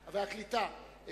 והקליטה,